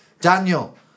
Daniel